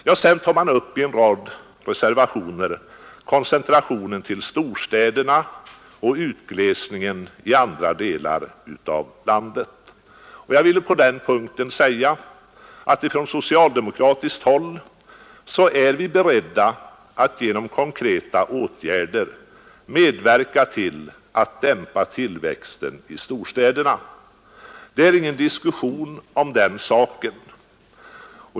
Vidare tar en rad reservationer upp koncentrationen till storstäderna och utglesningen i andra delar av landet. Jag vill på den punkten säga att ifrån socialdemokratiskt håll är vi beredda att genom konkreta åtgärder medverka till att dämpa tillväxten i storstäderna. Det är ingen diskussion om den saken.